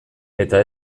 eta